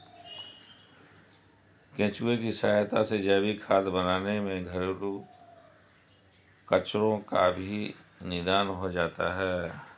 केंचुए की सहायता से जैविक खाद बनाने में घरेलू कचरो का भी निदान हो जाता है